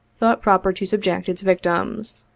thought proper to subject its victims.